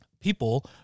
people